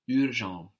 URGENT